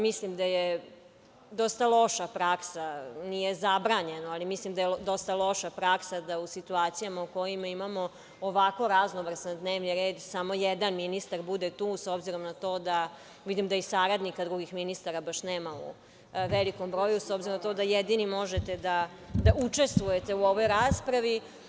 Mislim da je dosta loša praksa, nije zabranjeno, ali mislim da je dosta loša praksa da u situacijama u kojima imamo ovako raznovrsan dnevni red samo jedan ministar bude tu, s obzirom na to da vidim da i saradnika drugih ministara baš nema u velikom broju, s obzirom da jedini možete da učestvujete u ovoj raspravi.